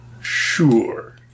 Sure